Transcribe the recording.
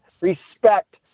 respect